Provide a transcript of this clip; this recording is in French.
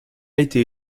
été